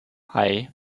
hei